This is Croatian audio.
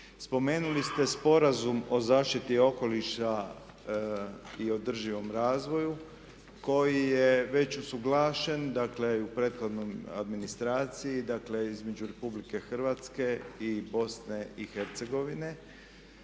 Spomenuli ste sporazum o zaštiti okoliša i održivom razvoju koji je već usuglašen dakle u prethodnoj administraciji, dakle između RH i Bosne i Hercegovine.